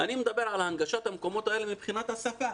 אני מדבר על הנגשת המקומות האלה מבחינת השפה,